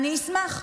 אני אשמח.